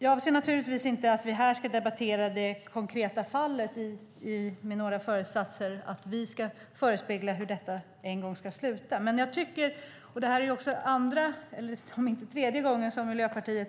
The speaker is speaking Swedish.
Jag avser naturligtvis inte att vi här ska debattera det konkreta fallet med några föresatser att vi ska förespegla hur detta en gång ska sluta. Det är andra, om inte tredje, gången som Miljöpartiet